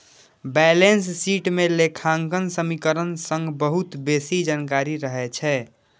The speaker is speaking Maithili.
बैलेंस शीट मे लेखांकन समीकरण सं बहुत बेसी जानकारी रहै छै